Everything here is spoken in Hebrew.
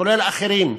כולל אחרים: